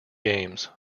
games